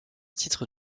titre